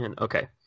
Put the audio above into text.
Okay